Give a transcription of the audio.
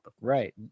Right